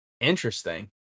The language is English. Interesting